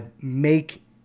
make